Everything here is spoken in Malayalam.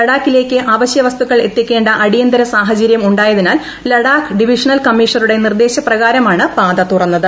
ലഡാക്കിലേക്ക് അവശൃ വസ്തുക്കൾ എത്തിക്കേണ്ട അടിയന്തര സാഹചര്യം ഉണ്ടായതിനാൽ ലഡാക്ക് ഡിവിഷണൽ കമ്മീഷണറുടെ നിർദ്ദേശ പ്രകാരമാണ് പാത തുറന്നത്